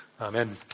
Amen